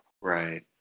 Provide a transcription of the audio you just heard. right